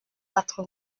quatre